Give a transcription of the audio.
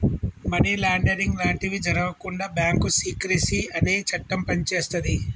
money laundering లాంటివి జరగకుండా bank secrecy అనే చట్టం పనిచేస్తది